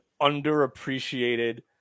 underappreciated